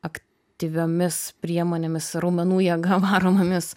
aktyviomis priemonėmis raumenų jėga varomomis